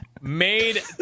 made